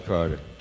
Carter